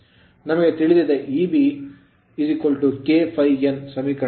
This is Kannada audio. ನಮಗೆ ತಿಳಿದಿದೆ Eb ಇಬ್ ಬ್ಯಾಕ್ ಎಮ್ಫ್ ಕೆ ∅ಎನ್ ಸಮೀಕರಣ